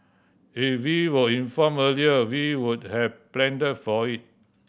if we were informed earlier we would have planned for it